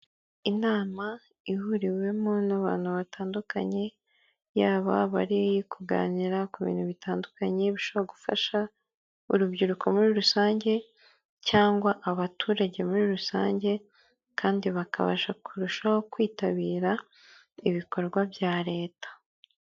Inama ihuriwemo n'abantu batandukanye, yaba abari kuganira ku bintu bitandukanye, bishobora gufasha urubyiruko muri rusange, cyangwa abaturage muri rusange, kandi bakabasha kurushaho kwitabira, ibikorwa bya leta.